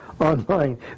online